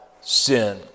sin